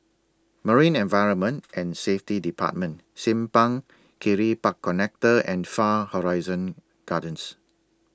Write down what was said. Marine Environment and Safety department Simpang Kiri Park Connector and Far Horizon Gardens